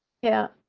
yeah.